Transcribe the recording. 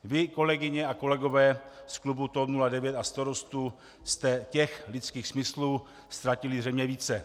Vy, kolegyně a kolegové z klubu TOP 09 a Starostů, jste těch lidských smyslů ztratili zřejmě více.